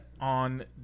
on